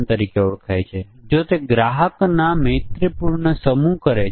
હવે જો આપણે આ ચલો ધ્યાનમાં લઈએ જે વિવિધ મૂલ્યો લઈ શકે છે